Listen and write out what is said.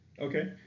Okay